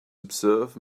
observe